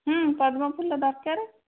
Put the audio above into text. ପଦ୍ମ ଫୁଲ ଦରକାର